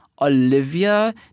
Olivia